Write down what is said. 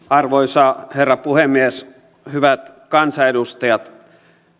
arvoisa herra puhemies hyvät kansanedustajat